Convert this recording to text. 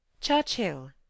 Churchill